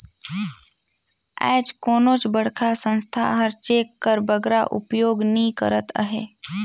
आएज कोनोच बड़खा संस्था हर चेक कर बगरा उपयोग नी करत अहे